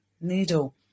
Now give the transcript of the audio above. needle